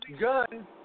gun